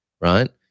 right